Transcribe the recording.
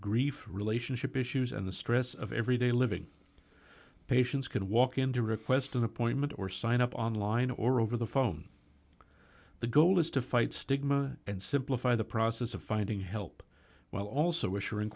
grief relationship issues and the stress of everyday living patients can walk in to request an appointment or sign up online or over the phone the goal is to fight stigma and simplify the process of finding help while also